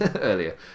earlier